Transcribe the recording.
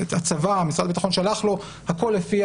משרד הביטחון שלח לו הכול לפי